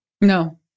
No